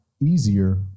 easier